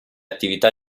attività